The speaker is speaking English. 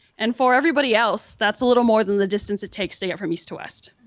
and for everybody else, that's a little more than the distance it takes to get from east to west.